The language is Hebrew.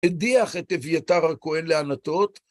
הדיח את אביתר הכהן לענתות